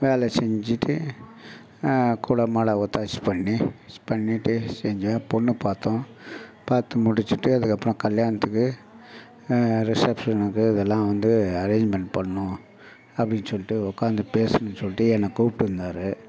வேலை செஞ்சுவிட்டு கூடமாட ஒத்தாசி பண்ணி ஸ் பண்ணிவிட்டு செஞ்சேன் பொண்ணு பார்த்தோம் பார்த்து முடித்துட்டு அதுக்கப்புறம் கல்யாணத்துக்கு ரிசப்ஷனுக்கு இதெல்லாம் வந்து அரேஞ்ச்மெண்ட் பண்ணணும் அப்படின்னு சொல்லிட்டு உக்காந்து பேசணும் சொல்லிட்டு என்னை கூப்பிட்டுருந்தாரு